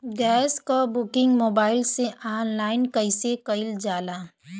Gas क booking mobile से online कईसे कईल जाला?